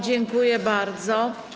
Dziękuję bardzo.